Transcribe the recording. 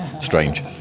strange